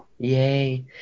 Yay